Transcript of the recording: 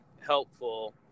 helpful